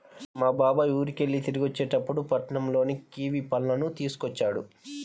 మా బాబాయ్ ఊరికెళ్ళి తిరిగొచ్చేటప్పుడు పట్నంలో కివీ పళ్ళను తీసుకొచ్చాడు